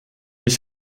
ich